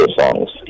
songs